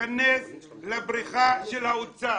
שייכנס לבריכה של האוצר,